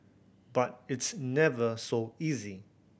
but it's never so easy